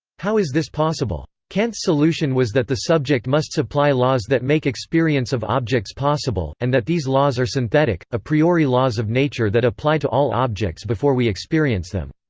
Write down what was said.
how is this possible? kant's solution was that the subject must supply laws that make experience of objects possible, and that these laws are synthetic, a priori laws of nature that apply to all objects before we experience them.